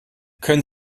können